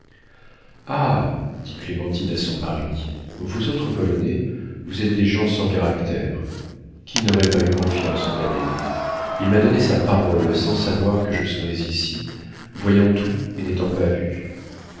dit clémentine à son mari vous autres polonais vous êtes des gens sans caractère qui n'aurait pas eu confiance en thaddée il m'a donné sa parole sans savoir que je serais ici voyant tout et n'étant pas vue